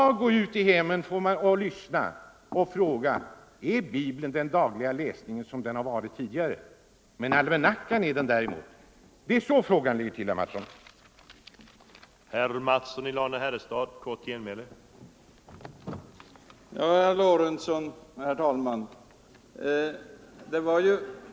Gå ut i hemmen i dag och fråga om Bibeln är den dagliga läsning som den har varit tidigare! Det är den inte, men det är däremot almanackan. Det är så frågan ligger till, herr Mattsson i Lane-Herrestad.